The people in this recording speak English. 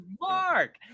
Mark